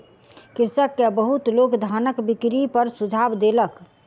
कृषक के बहुत लोक धानक बिक्री पर सुझाव देलक